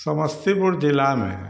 समस्तीपुर जिला में